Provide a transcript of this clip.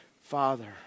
father